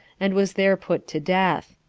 and was there put to death.